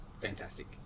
fantastic